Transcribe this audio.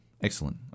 Excellent